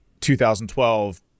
2012